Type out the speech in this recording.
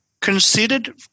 considered